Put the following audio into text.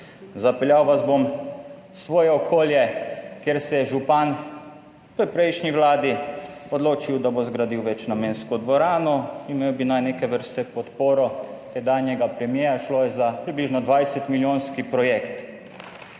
Zapeljal vas bom svoje okolje, kjer se je župan v prejšnji vladi odločil, da bo zgradil večnamensko dvorano. Imel bi naj neke vrste podporo tedanjega premierja. Šlo je za približno 20 milijonski projekt.